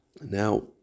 Now